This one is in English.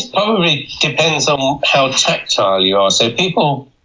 i depends on how tactile you are. so people